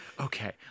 okay